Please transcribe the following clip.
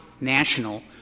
national